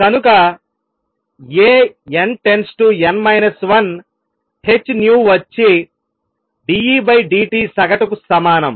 కనుక A n →n 1 h న్యూ వచ్చి d E d t సగటు కు సమానం